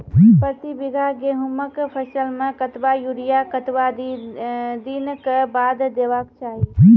प्रति बीघा गेहूँमक फसल मे कतबा यूरिया कतवा दिनऽक बाद देवाक चाही?